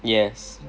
yes